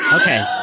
Okay